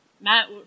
matt